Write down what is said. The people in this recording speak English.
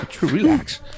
relax